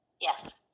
Yes